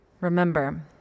remember